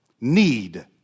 Need